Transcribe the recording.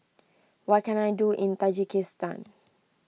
what can I do in Tajikistan